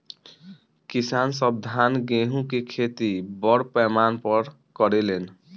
किसान सब धान गेहूं के खेती बड़ पैमाना पर करे लेन